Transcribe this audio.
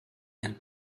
and